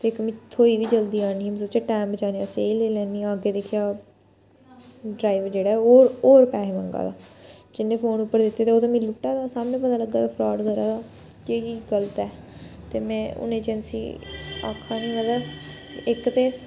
इक मिगी थ्होई बी जल्दी जानी ही में सोच्चेआ टाइम बचाने आस्तै एह् लेई लैन्नी आं अग्गें दिक्खेआ ड्रैवर जेह्ड़ा होर होर पैहे मंगा दा जिन्ने फोन उप्पर कीते दे ओह् ते मिगी लुट्टा दा सामनै पता लग्गा दा फ्राड करा दा एह् चीज गलत ऐ ते में हून अजैंसी गी आक्खा नी मतलब इक ते